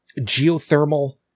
geothermal